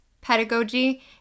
Pedagogy